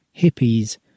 hippies